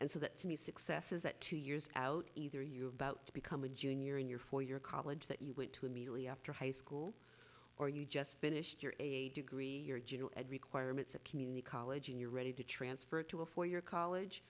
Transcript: and so that to me success is that two years out either you about to become a junior in your four year college that you went to immediately after high school or you just finished your degree your general ed requirements of community college and you're ready to transfer to a four year college